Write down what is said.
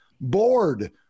bored